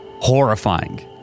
horrifying